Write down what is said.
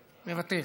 איימן עודה,